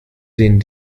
den